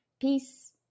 Peace